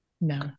No